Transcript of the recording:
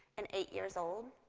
and eight years old.